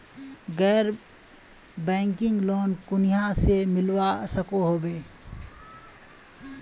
गैर banking loan कुनियाँ से मिलवा सकोहो होबे?